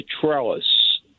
trellis